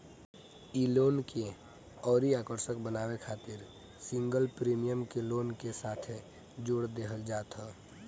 इ लोन के अउरी आकर्षक बनावे खातिर सिंगल प्रीमियम के लोन के साथे जोड़ देहल जात ह